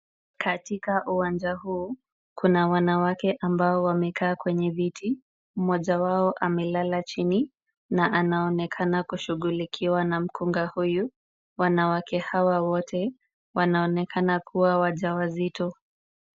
Katika uwanja huu kuna wanawake ambao wamekaa kwenye viti. Mmoja wao amelala chini na anaonekana kushugulikiwa na mkunga huyu. Wanawake hawa wote wanaonekana kuwa wajawazito.